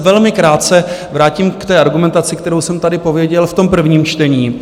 Velmi krátce se vrátím k argumentaci, kterou jsem tady pověděl v prvním čtení.